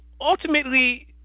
ultimately